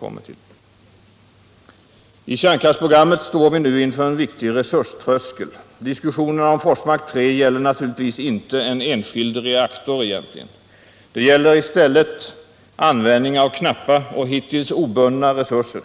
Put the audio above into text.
Då det gäller kärnkraftsprogrammet står vi nu inför en viktig resultattröskel. Diskussionerna om Forsmark 3 gäller naturligtvis egentligen inte en enskild reaktor. I stället rör det sig om användningen av knappa och hittills obundna resurser.